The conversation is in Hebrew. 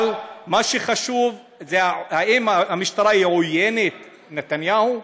אבל מה שחשוב זה אם המשטרה היא עוינת, נתניהו,